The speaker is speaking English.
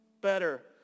better